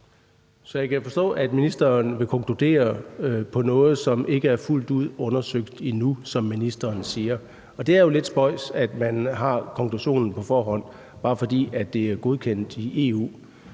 Jeg kan forstå, at ministeren så vil konkludere på noget, som ikke er fuldt ud undersøgt endnu, som ministeren siger. Det er jo lidt spøjst, at man har konklusionen på forhånd, bare fordi det er godkendt i EU.